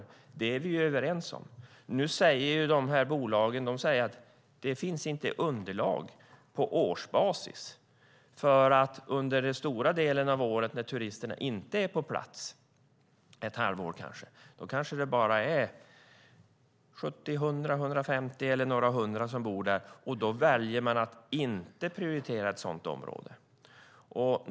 Det är vi ju överens om. Men nu säger de här bolagen att det inte finns underlag på årsbasis. Under en stor del av året när turisterna inte är på plats, kanske ett halvår, är det kanske bara från sjuttio upp till några hundra som bor där, och då väljer man att inte prioritera ett sådant område.